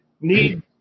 need